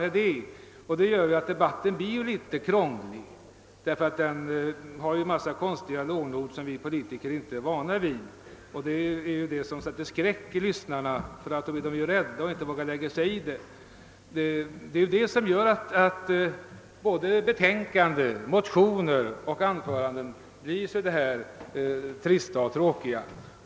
Det gör att debatten blir litet krånglig, bl.a. därför att den innehåller en mängd låneord som vi politiker inte är vana vid. Det är det som sätter skräck i lyssnarna. De blir rädda och vågar inte lägga sig i diskussionerna. Det är också det som gör att såväl utskottets betänkande som motionerna och anförandena i debatten blir litet trista och tråkiga.